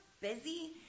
busy